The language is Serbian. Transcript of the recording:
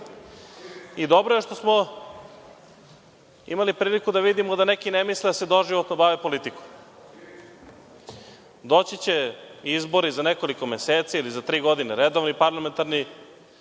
zgrada. Dobro je što smo imali priliku da vidimo da neki ne misle da se doživotno bave politikom. Doći će izbori za nekoliko meseci ili za tri godine redovni parlamentarni,